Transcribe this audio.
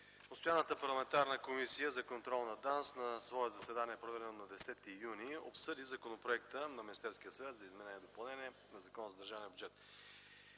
„Постоянната парламентарна комисия за контрол на ДАНС на свое заседание, проведено на 10 юни 2010 г., обсъди Законопроекта на Министерския съвет за изменение и допълнение на